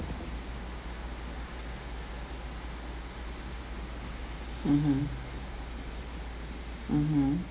mmhmm mmhmm